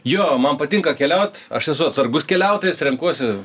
jo man patinka keliaut aš esu atsargus keliautojas renkuosi